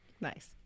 Nice